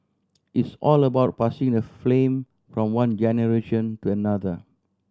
it's all about passing the flame from one generation to another